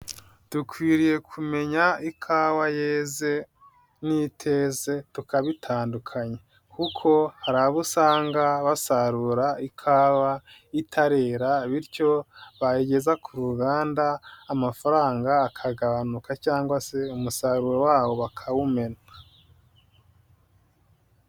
Dukwiriye kumenya ikawa yeze n'iteze tukabitandukanya, kuko hari abo usanga basarura ikawa itarera bityo bayigeza ku ruganda amafaranga akagabanuka cyangwa se umusaruro wawo bakawumena.